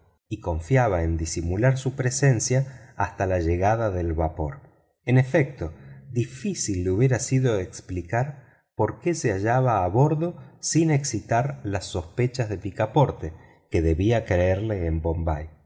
y confiaba en disimular su presencia hasta la llegada a puerto en efecto difícil le hubiera sido explicar por qué se hallaba a bordo sin excitar las sospechas de picaporte que debía creerle en bombay